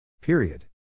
Period